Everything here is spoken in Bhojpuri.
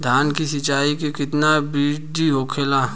धान की सिंचाई की कितना बिदी होखेला?